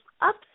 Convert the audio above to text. up